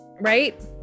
right